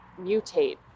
mutate